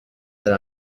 that